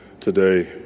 today